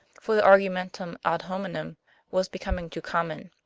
for the argumentum ad hominem was becoming too common.